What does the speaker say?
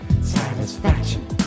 Satisfaction